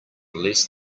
less